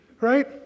right